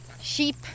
Sheep